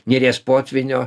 neries potvynio